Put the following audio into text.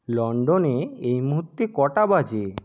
লন্ডনে এই মুহূর্তে কটা বাজে